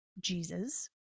Jesus